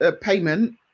payment